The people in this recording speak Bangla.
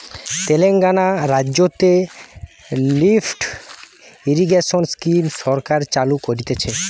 তেলেঙ্গানা রাজ্যতে লিফ্ট ইরিগেশন স্কিম সরকার চালু করতিছে